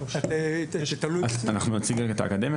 אנחנו מדברים רגע על טיפוח